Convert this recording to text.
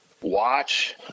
watch